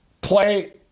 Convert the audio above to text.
play